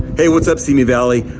hey, what's up, simi valley?